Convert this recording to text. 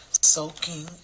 soaking